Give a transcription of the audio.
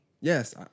Yes